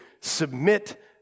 submit